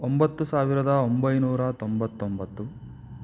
ಒಂಬತ್ತು ಸಾವಿರದ ಒಂಬೈನೂರ ತೊಂಬತ್ತೊಂಬತ್ತು